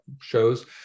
shows